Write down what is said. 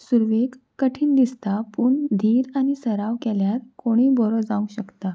सुरवेक कठीण दिसता पूण धीर आनी सराव केल्यार कोणूय बरो जावंक शकता